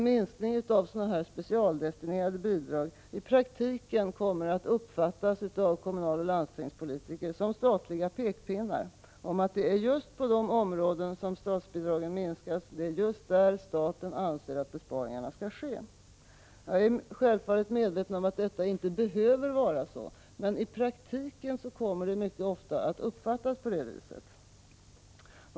Minskningen av sådana här specialdestinerade bidrag kommer nämligen i praktiken av kommunaloch landstingspolitiker att uppfattas som statliga pekpinnar om att det är just på de områden där s sbidragen minskas som staten anser att besparingarna skall ske. Jag är självfallet medveten om att det inte behöver vara så, men i praktiken kommer det mycket ofta att uppfattas på det viset.